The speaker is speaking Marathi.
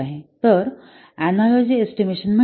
तर तर अनालॉजि एस्टिमेशन म्हणजे काय